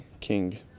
king